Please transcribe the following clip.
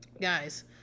guys